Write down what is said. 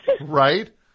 Right